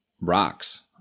rocks